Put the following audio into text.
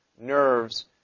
nerves